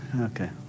Okay